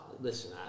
Listen